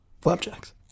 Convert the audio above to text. Flapjacks